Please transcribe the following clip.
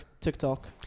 TikTok